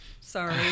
Sorry